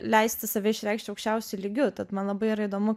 leisti save išreikšti aukščiausiu lygiu tad man labai yra įdomu